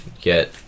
get